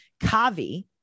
Kavi